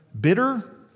Bitter